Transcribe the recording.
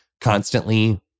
constantly